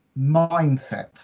mindset